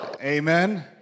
Amen